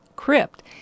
crypt